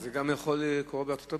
זה יכול לקרות גם בארצות-הברית.